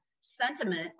sentiment